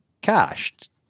cached